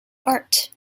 art